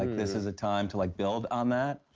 like this is a time to, like, build on that.